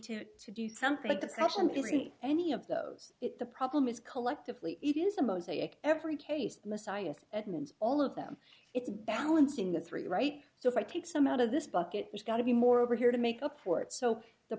to to do something like the problem isn't any of those the problem is collectively it is a mosaic every case messias edmond's all of them it's balancing the three right so if i take some out of this bucket there's got to be more over here to make up for it so the